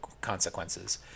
consequences